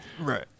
Right